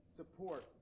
support